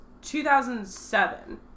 2007